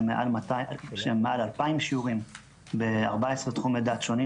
שהן מעל 2,000 שיעורים ב-14 תחומי דעת שונים,